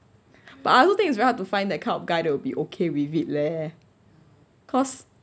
but I also think it's very hard to find that kind of guy to be okay with it leh cause